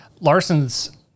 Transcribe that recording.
Larson's